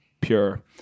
pure